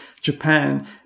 Japan